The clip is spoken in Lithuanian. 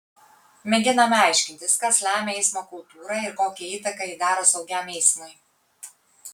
mėginame aiškintis kas lemia eismo kultūrą ir kokią įtaką ji daro saugiam eismui